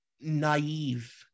naive